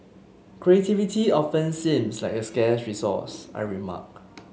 creativity often seems like a scarce resource I remark